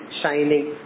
shining